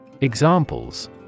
Examples